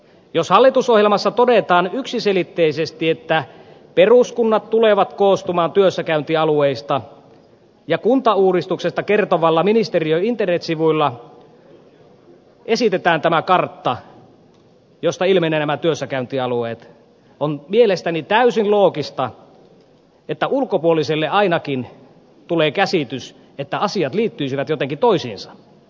jos hallitusohjelmassa todetaan yksiselitteisesti että peruskunnat tulevat koostumaan työssäkäyntialueista ja kuntauudistuksesta kertovilla ministeriön internetsivuilla esitetään tämä kartta josta ilmenevät nämä työssäkäyntialueet on mielestäni täysin loogista että ulkopuoliselle ainakin tulee käsitys että asiat liittyisivät jotenkin toisiinsa